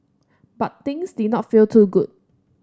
but things did not feel too good